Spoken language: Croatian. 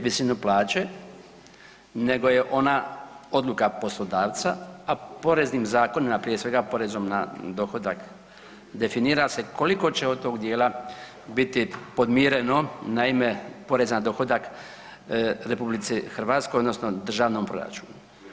visinu plaće, nego je ona odluka poslodavca, a poreznim zakonima prije svega porezom na dohodak definira koliko će od tog dijela biti podmireno naime poreza na dohodak Republici Hrvatskoj odnosno državnom proračunu.